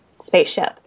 spaceship